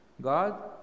God